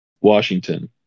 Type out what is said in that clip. Washington